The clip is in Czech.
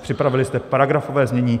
Připravili jste paragrafové znění.